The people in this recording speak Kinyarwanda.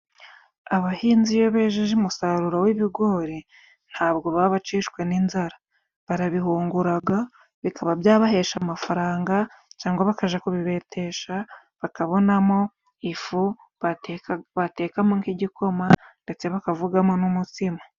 Abahinzi iyo bejeje umusaruro w'ibigori ntabwo baba bakishwe n'inzara. Barabihunguraga bikaba byabahesha amafaranga, cangwa bakaja kubibetesha, bakabonamo ifu bateka batekamo nk'igikoma ndetse bakavugamo n'umutsima.